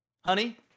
Honey